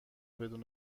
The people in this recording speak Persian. بدون